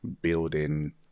building